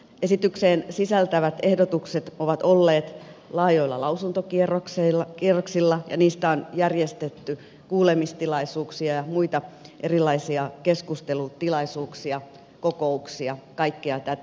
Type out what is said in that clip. esitykseen sisältyvät ehdotukset ovat olleet laajoilla lausuntokierroksilla ja niistä on järjestetty kuulemistilaisuuksia ja muita erilaisia keskustelutilaisuuksia kokouksia kaikkea tätä